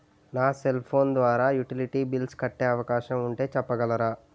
నా cell phone ద్వారా utility bills కట్టే అవకాశం ఉంటే చెప్పగలరా?